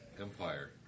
empire